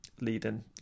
Leading